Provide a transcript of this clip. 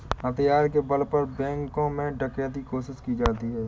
हथियार के बल पर बैंकों में डकैती कोशिश की जाती है